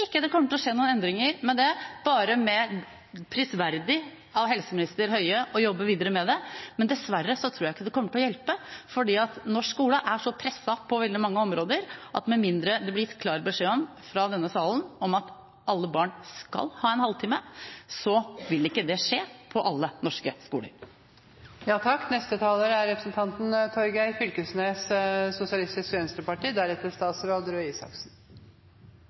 ikke det kommer til å skje noen endringer i dette. Det er prisverdig av helseminister Høie å jobbe videre med det, men dessverre tror jeg ikke det kommer til å hjelpe. Norsk skole er så presset på veldig mange områder at med mindre det blir gitt klar beskjed fra denne salen om at alle barn skal ha en halvtime, vil ikke det skje på alle norske skoler.